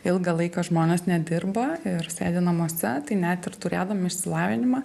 ilgą laiką žmonės nedirba ir sėdi namuose tai net ir turėdami išsilavinimą